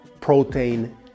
protein